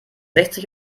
sechzig